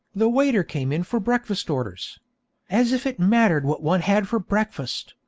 the waiter came in for breakfast orders as if it mattered what one had for breakfast,